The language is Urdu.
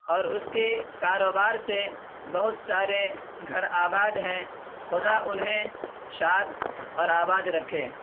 اور اس کی کاروبار سے بہت سارے گھر آباد ہیں خدا انہیں شاد اور آباد رکھے